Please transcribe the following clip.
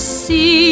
see